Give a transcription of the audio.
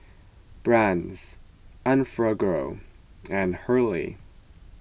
Brand's Enfagrow and Hurley